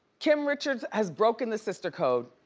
kim richards has broken the sister code.